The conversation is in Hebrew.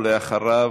ואחריו,